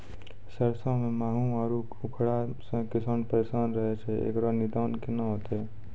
सरसों मे माहू आरु उखरा से किसान परेशान रहैय छैय, इकरो निदान केना होते?